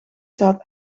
staat